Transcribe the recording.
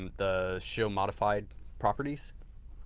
the show modified properties,